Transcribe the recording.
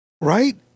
Right